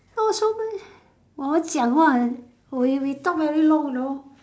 oh so ma~ 我讲话 we we talk very long you know